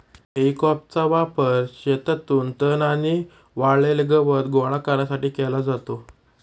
हेई फॉकचा वापर शेतातून तण आणि वाळलेले गवत गोळा करण्यासाठी केला जातो